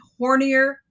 hornier